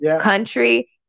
Country